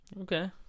Okay